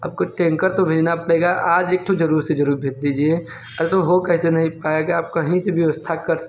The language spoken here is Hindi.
आपको टेंकर तो भेजना पड़ेगा आज एकठो ज़रूर से ज़रूर भेज दीजिए अरे तो हो कैसे नहीं पाएगा आप कहीं से व्यवस्था कर